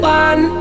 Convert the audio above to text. one